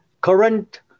current